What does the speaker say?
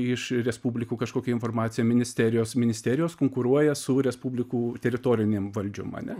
iš respublikų kažkokią informaciją ministerijos ministerijos konkuruoja su respublikų teritorinėm valdžiom ane